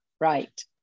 Right